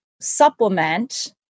supplement